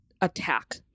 attack